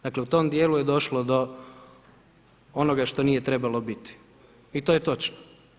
Dakle, u tom dijelu je došlo do onoga što nije trebalo biti i to je točno.